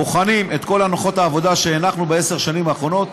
בוחנים את כל הנחות העבודה שהנחנו בעשר השנים האחרונות,